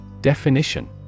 Definition